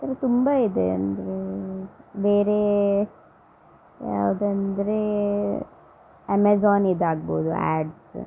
ಈ ಥರ ತುಂಬ ಇದೆ ಅಂದರೆ ಬೇರೇ ಯಾವುದಂದ್ರೇ ಅಮೆಝಾನಿದು ಆಗ್ಬೋದು ಆ್ಯಡ್ಸ್